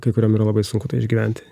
kai kuriom yra labai sunku tai išgyventi